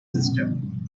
system